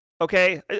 okay